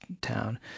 Town